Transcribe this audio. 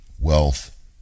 wealth